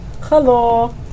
Hello